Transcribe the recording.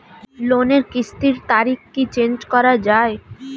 লোনের কিস্তির তারিখ কি চেঞ্জ করা যায়?